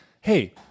hey